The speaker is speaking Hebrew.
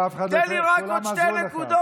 תן לי לציין רק עוד שתי נקודות.